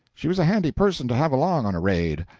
she was a handy person to have along on a raid.